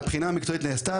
מקצועית.